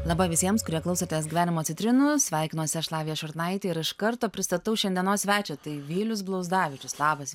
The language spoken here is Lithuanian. laba visiems kurie klausotės gyvenimo citrinos sveikinuosi aš lavija šurnaitė ir iš karto pristatau šiandienos svečią tai vylius blauzdavičius labas